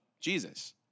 Jesus